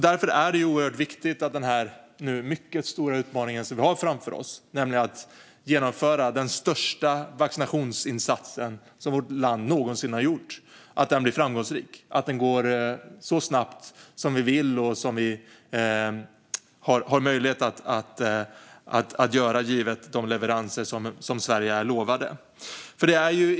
Därför är det viktigt att genomförandet av den största vaccinationsinsatsen någonsin i vårt land blir framgångsrik och går så snabbt som vi vill och som det går givet de leveranser Sverige är lovat. Fru talman!